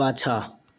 पाछा